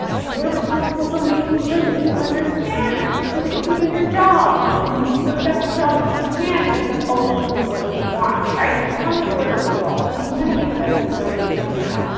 and you're responsible for making sure that you understand so that you can do your job and you can do the best job that you can, because that's ultimately what you want, right? you wanna deliver results. you wanna be the best employee that you can.